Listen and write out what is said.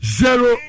zero